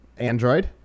Android